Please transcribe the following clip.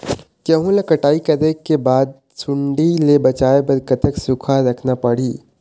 गेहूं ला कटाई करे बाद सुण्डी ले बचाए बर कतक सूखा रखना पड़ही?